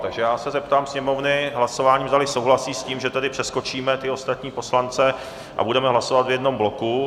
Takže se zeptám Sněmovny hlasováním, zdali souhlasí s tím, že tedy přeskočíme ostatní poslance a budeme hlasovat v jednom bloku.